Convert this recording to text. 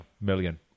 million